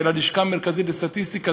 של הלשכה המרכזית לסטטיסטיקה,